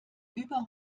über